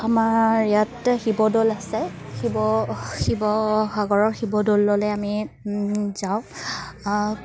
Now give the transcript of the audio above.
আমাৰ ইয়াত শিৱদৌল আছে শিৱ শিৱসাগৰৰ শিৱদৌললৈ আমি যাওঁ